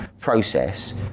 process